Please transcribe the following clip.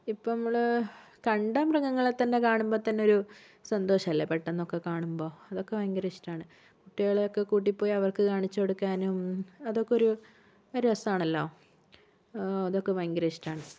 ഇപ്പം നമ്മള് കണ്ട മൃഗങ്ങളെ തന്നെ കാണുമ്പോൾ തന്നെയൊരു സന്തോഷമല്ലേ പെട്ടന്നൊക്കെ കാണുമ്പോൾ അതൊക്കെ ഭയങ്കര ഇഷ്ടമാണ് കുട്ടികളെയൊക്കെ കൂട്ടിപ്പോയി അവർക്ക് കാണിച്ചുകൊടുക്കാനും അതൊക്കെ ഒരു രസമാണല്ലോ അതൊക്കെ ഭയങ്കര ഇഷ്ടമാണ്